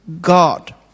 God